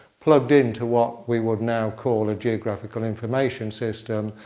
plugged into what we would now call a geographical information system.